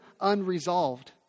unresolved